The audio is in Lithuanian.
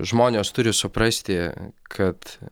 žmonės turi suprasti kad